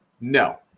no